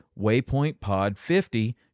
waypointpod50